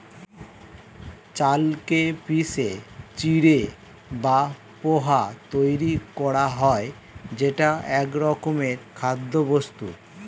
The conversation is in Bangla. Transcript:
চালকে পিষে চিঁড়ে বা পোহা তৈরি করা হয় যেটা একরকমের খাদ্যবস্তু